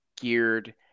geared